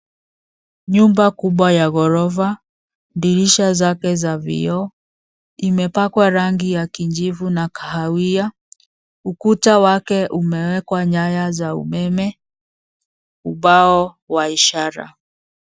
Nyumba kubwa ya ghorofa, dirisha zake za vioo. Imepakwa rangi ya kijivu na kahawia. Ukuta wake umewekwa nyaya za umeme, ubao wa ishara.